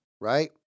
right